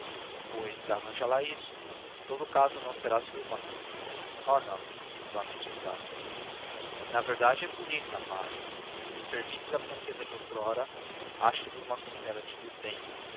pois arranja lá isso em todo caso não será tua irmã oh não disse vivamente estácio na verdade é bonita mas se permites a franqueza de outrora acho-lhe uma costela de desdém